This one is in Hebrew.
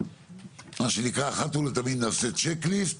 מה שנקרא אחת ולתמיד נעשה צ'ק ליסט